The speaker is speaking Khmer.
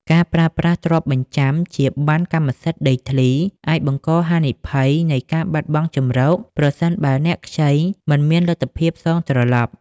ការប្រើប្រាស់ទ្រព្យបញ្ចាំជាប័ណ្ណកម្មសិទ្ធិដីធ្លី អាចបង្កជាហានិភ័យនៃការបាត់បង់ជម្រក ប្រសិនបើអ្នកខ្ចីមិនមានលទ្ធភាពសងត្រឡប់។